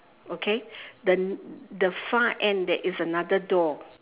okay the the far end there is another door